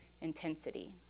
intensity